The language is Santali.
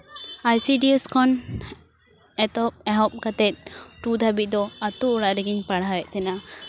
ᱟᱭ ᱥᱤ ᱰᱤ ᱮᱥ ᱠᱷᱚᱱ ᱮᱛᱚᱦᱚᱵ ᱮᱦᱚᱵ ᱠᱟᱛᱮᱜ ᱴᱩ ᱫᱷᱟᱹᱵᱤᱡ ᱫᱚ ᱟᱛᱳ ᱚᱲᱟᱜ ᱨᱮᱜᱤᱧ ᱯᱟᱲᱦᱟᱣᱮᱫ ᱛᱟᱦᱮᱱᱟ